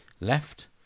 left